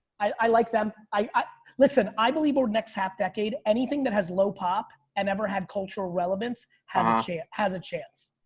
i like them. listen, i believe our next half decade, anything that has low pop and never had cultural relevance has ah has a chance.